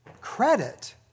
credit